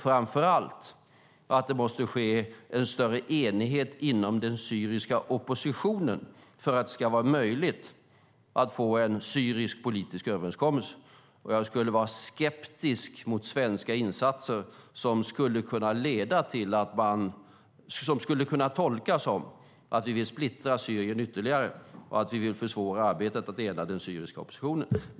Framför allt måste det ske i en större enighet inom den syriska oppositionen för att det ska vara möjligt att få en syrisk politisk överenskommelse. Jag skulle vara skeptisk mot svenska insatser som skulle kunna tolkas som att vi vill splittra Syrien ytterligare och att vi vill försvåra arbetet att ena den syriska oppositionen.